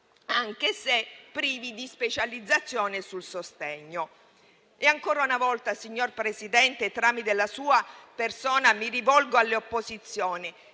anche se privi di specializzazione nel sostegno. Ancora una volta, signor Presidente, tramite la sua persona mi rivolgo alle opposizioni: